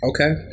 Okay